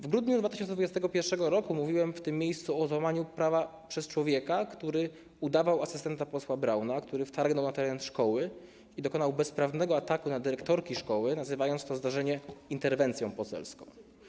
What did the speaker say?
W grudniu 2021 r. mówiłem w tym miejscu o złamaniu prawa przez człowieka, który udawał asystenta posła Brauna, który wtargnął na teren szkoły i dokonał bezprawnego ataku na dyrektorki szkoły, nazywając to zdarzenie interwencją poselską.